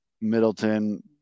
Middleton